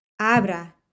Abra